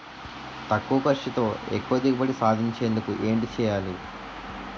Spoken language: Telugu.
తక్కువ ఖర్చుతో ఎక్కువ దిగుబడి సాధించేందుకు ఏంటి చేయాలి?